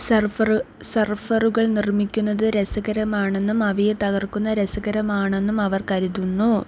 surfer സർഫറുകൾ നിർമ്മിക്കുന്നത് രസകരമാണെന്നും അവയെ തകർക്കുന്ന രസകരമാണെന്നും അവർ കരുതുന്നു